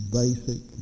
basic